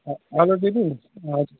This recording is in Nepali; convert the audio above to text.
हेलो दिदी हजुर